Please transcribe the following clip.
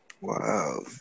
Wow